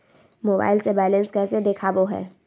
Mobile से balance कैसे देखाबो है?